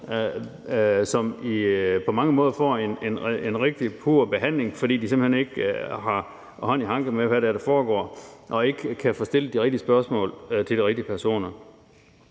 som på mange måder får en rigtig pauver behandling, fordi man simpelt hen ikke har hånd i hanke med, hvad det er, der foregår, og ikke kan få stillet de rigtige spørgsmål til de rigtige personer.